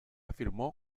afirmó